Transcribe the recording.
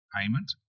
payment